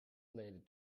landed